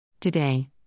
Today